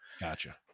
gotcha